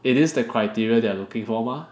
it is the criteria they are looking for mah